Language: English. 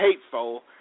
hateful